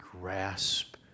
grasp